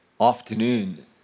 afternoon